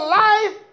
life